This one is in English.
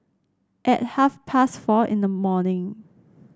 at half past four in the morning